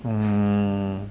mm